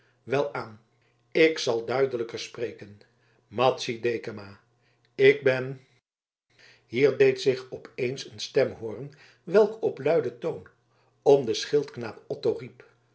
welaan ik zal duidelijker spreken madzy dekama ik ben hier deed zich op eens een stem hooren welke op luiden toon om den